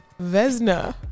Vesna